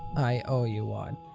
i owe you one.